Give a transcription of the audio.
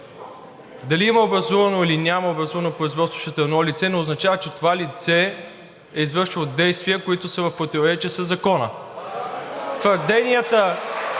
Дали има образувано, или няма образувано производство срещу едно лице, не означава, че това лице е извършило действия, които са в противоречие със Закона. (Ръкопляскания